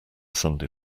sunday